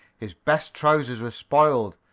his best trousers were spoiled,